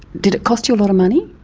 did it cost you a lot of money?